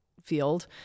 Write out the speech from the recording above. field